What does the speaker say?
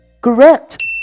Correct